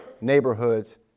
neighborhoods